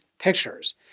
pictures